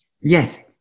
Yes